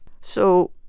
So